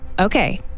Okay